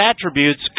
attributes